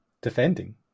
Defending